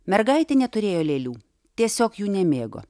mergaitė neturėjo lėlių tiesiog jų nemėgo